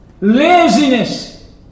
laziness